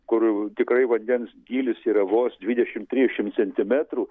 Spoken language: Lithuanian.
kur tikrai vandens gylis yra vos dvidešimt trisdešimt centimetrų